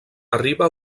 arriba